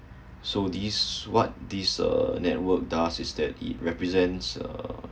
so this what this uh network does is that it represents uh